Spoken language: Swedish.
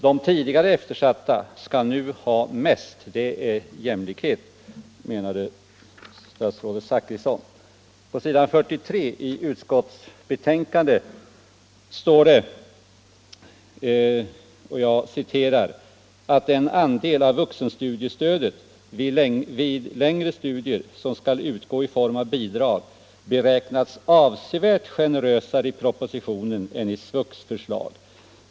De tidigare eftersatta skall nu ha mest, det är jämlikhet, menade statsrådet Zachrisson. På s. 43 i socialförsäkringsutskottets betänkande står det att: ”den andel av vuxenstudiestödet vid längre studier som skall utgå i form av bidrag beräknats avsevärt generösare i propositionen än i SVUX förslag.